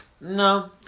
No